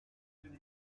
nous